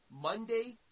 Monday